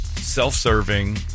self-serving